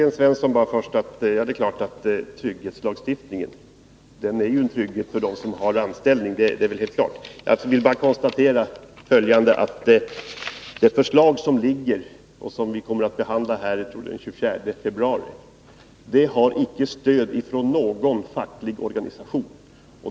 Fru talman! Det är klart, Sten Svensson, att trygghetslagstiftningen ger trygghet åt dem som har anställning. Det förslag som ligger och som vi skall behandla den 24 februari har inte stöd från någon facklig organisation.